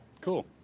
Cool